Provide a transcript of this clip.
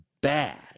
bad